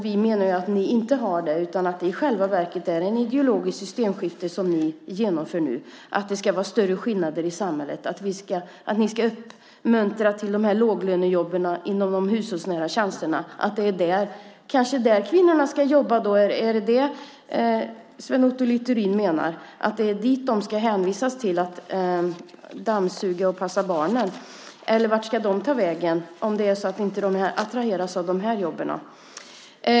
Vi menar att ni inte har det utan att det i själva verket är ett ideologiskt systemskifte som genomförs nu. Det ska vara större skillnader i samhället. Ni uppmuntrar till låglönejobb inom ramen för hushållsnära tjänster. Det är kanske där kvinnorna ska jobba. Är det vad Sven Otto Littorin menar? Ska de hänvisas till att dammsuga och passa barnen? Eller vart ska de ta vägen om de inte attraheras av de jobben?